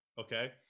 Okay